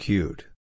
Cute